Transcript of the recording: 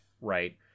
right